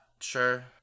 Sure